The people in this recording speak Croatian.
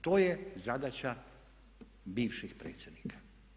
To je zadaća bivših predsjednika.